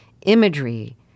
imagery